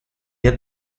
had